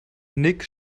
nick